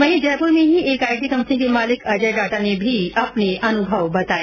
वहीं जयप्र में ही एक आईटी कम्पनी के मालिक अजय डाटा ने भी अपने अनुभव बताए